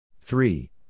three